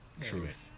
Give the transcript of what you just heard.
Truth